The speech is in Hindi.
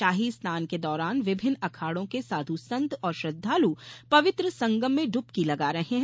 शाही स्नान के दौरान विभिन्न अखाड़ों के साधू संत और श्रद्वालू पवित्र संगम में डुबकी लगा रहे हैं